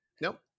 Nope